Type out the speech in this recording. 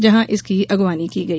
जहाँ इसकी अगुवानी की गई